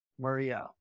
Maria